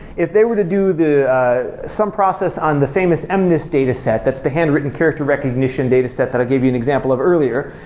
if they were to do some process on the famous mnist dataset, that's the handwritten character recognition data set that i gave you an example of earlier,